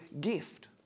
gift